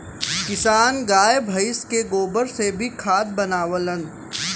किसान गाय भइस के गोबर से भी खाद बनावलन